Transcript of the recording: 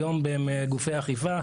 היום בגופי האכיפה,